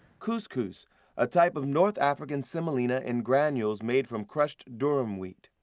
couscous a type of north african semolina and granules made from crushed durum wheat.